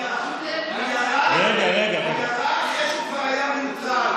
הוא ירה אחרי שהוא כבר היה מנוטרל,